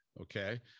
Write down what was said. Okay